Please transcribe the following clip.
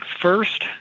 first